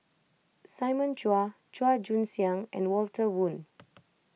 Simon Chua Chua Joon Siang and Walter Woon